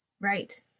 Right